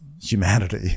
humanity